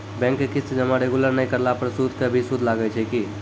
Bank के किस्त जमा रेगुलर नै करला पर सुद के भी सुद लागै छै कि?